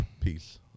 peace